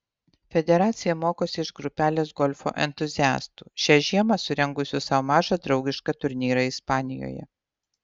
federacija mokosi iš grupelės golfo entuziastų šią žiemą surengusių sau mažą draugišką turnyrą ispanijoje